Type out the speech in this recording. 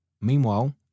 Meanwhile